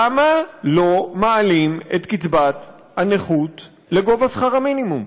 למה לא מעלים את קצת הנכות לגובה שכר המינימום?